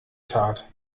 tat